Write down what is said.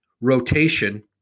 rotation